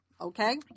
Okay